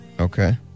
Okay